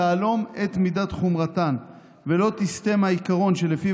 תהלום את מידת חומרתן ולא תסטה מהעיקרון שלפיו